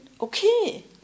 okay